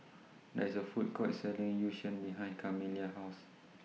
There IS A Food Court Selling Yu Sheng behind Camila's House